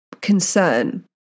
concern